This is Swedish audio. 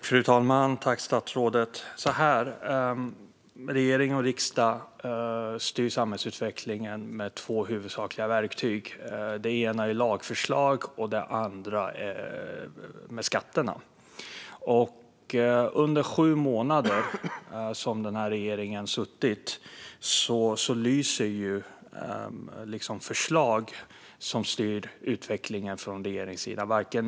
Fru talman! Regering och riksdag styr samhällsutvecklingen med två huvudsakliga verktyg. Det ena är lagförslag, och det andra är skatter. Under de sju månader som den här regeringen suttit har förslag som styr utvecklingen från regeringens sida lyst med sin frånvaro.